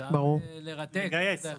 לרתק אותן.